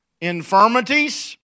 Infirmities